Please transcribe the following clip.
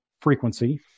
frequency